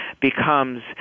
becomes